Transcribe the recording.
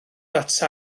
ata